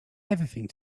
everything